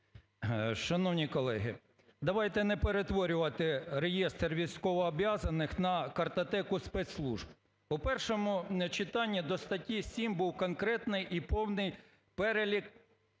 Шановні колеги, давайте не перетворювати реєстр військовозобов'язаних на картотеку спецслужб. По першому читанню до статті 7 був конкретний і повний перелік